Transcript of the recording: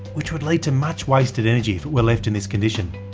which would lead to much wasted energy if it were left in this condition.